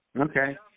Okay